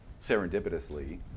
serendipitously